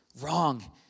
wrong